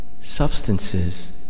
substances